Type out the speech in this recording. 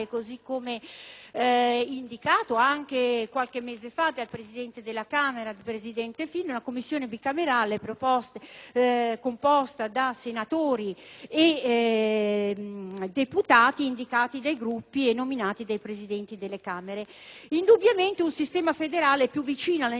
indicato anche qualche mese fa dal presidente della Camera Fini, composta da senatori e deputati indicati dai Gruppi e nominati dai Presidenti delle Camere. Indubbiamente, un sistema federale è più vicino alle necessità delle persone e